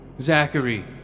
Zachary